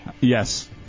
Yes